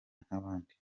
nk’abandi